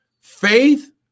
Faith